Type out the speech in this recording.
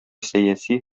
сәяси